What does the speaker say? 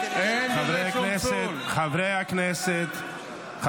--- חברי הכנסת, חבר הכנסת.